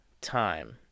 time